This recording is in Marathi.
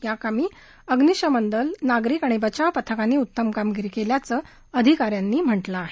या कामी अग्निशमन दल नागरिक आणि बचाव पथकांनी उत्तम कामगिरी केल्याचं अधिका यांनी म्हटलं आहे